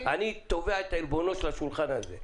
אני תובע את עלבונו של השולחן הזה.